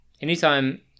anytime